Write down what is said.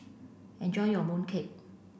enjoy your mooncake